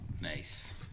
Nice